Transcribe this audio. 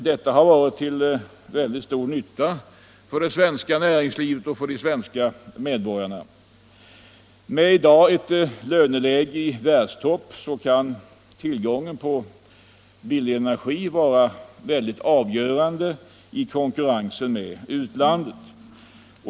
Detta har varit till ovärderlig nytta för det svenska näringslivet och för de svenska medborgarna. Med ett löneläge i världstopp kan tillgången på billig energi vara avgörande i konkurrensen med utlandet.